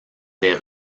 des